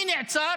מי נעצר?